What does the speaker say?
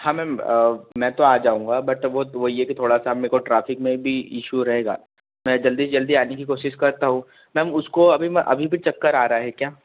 हाँ मैम मैं तो आ जाऊँगा बट वो वो ये कि थोड़ा सा मेरे को ट्राफिक में भी इशू रहेगा मैं जल्दी से जल्दी आने की कोशिश करता हूँ मैम उसको अभी अभी भी चक्कर आ रहा है क्या